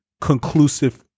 conclusive